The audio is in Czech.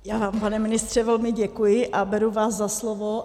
Já, pane ministře, velmi děkuji a beru vás za slovo.